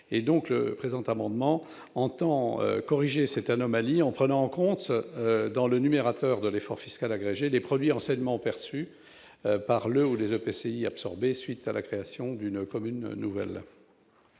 le présent amendement tend à corriger cette anomalie en prenant en compte dans le numérateur de l'effort fiscal agrégé les produits anciennement perçus par le ou les EPCI absorbés à la suite de la création d'une commune nouvelle.